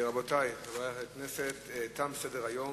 ביום